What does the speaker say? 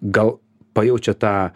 gal pajaučia tą